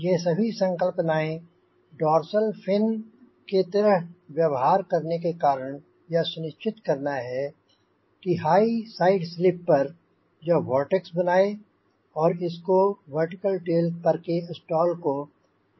ये सभी संकल्पनाऐं डोर्सल फिन की तरह व्यवहार करने का कारण यह सुनिश्चित करना है कि हाई साइड स्लिप पर यह वोर्टेक्स बनाए और इसको वर्टिकल टेल पर के स्टॉल को विलंबित करना है